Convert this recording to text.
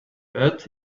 but